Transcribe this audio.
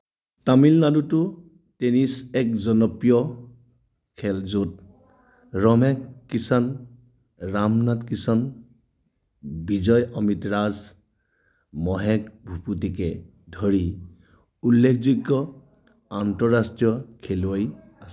তামিলনাডুতো tennis এক জনপ্ৰিয় খেল য'ত ৰমেশ কৃশন ৰামনাথ কৃশন বিজয় অমৃতৰাজ মহেশ ভূপতিকে ধৰি উল্লেখযোগ্য আন্তঃৰাষ্ট্ৰীয় খেলুৱৈ আছে